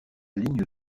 ligne